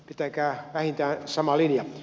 pitäkää vähintään sama linja